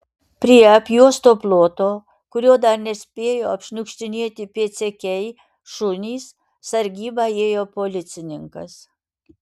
prie apjuosto ploto kurio dar nespėjo apšniukštinėti pėdsekiai šunys sargybą ėjo policininkas